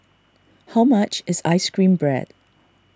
how much is Ice Cream Bread